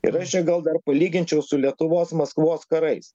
ir aš čia gal dar palyginčiau su lietuvos maskvos karais